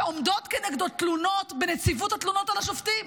שעומדות כנגדו תלונות בנציבות התלונות על השופטים,